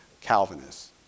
Calvinists